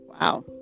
Wow